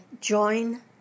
join